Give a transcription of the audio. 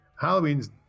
Halloween's